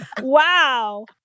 Wow